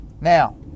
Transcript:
Now